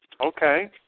Okay